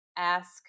Ask